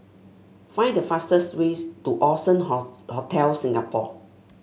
find the fastest way to Allson Hotel Singapore